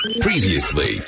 Previously